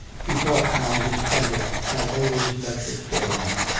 he thought how his projects had always met with failure,